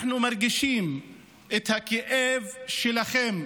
אנחנו מרגישים את הכאב שלכם.